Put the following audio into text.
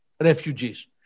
refugees